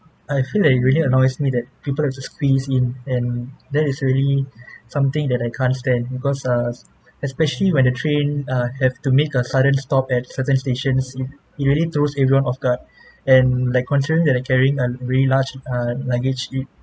I feel like it really annoys me that people will just squeeze in and that is really something that I can't stand because uh especially when the train uh have to make a sudden stop at certain stations it it really throws everyone off guard and like considering that I carry a really large uh luggage it